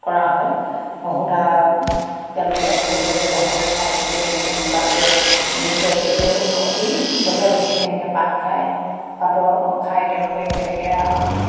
কৰা হয় সূতা তেওঁলোকে বাহিৰৰ পৰ্যটকসকলে চাই থাকে কেনেকে মুগাটোয়ে কেঁচি কি গছত উঠি কেনেকে পাত খায় পাত খায় তেওঁলোকে কেনেকে